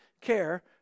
care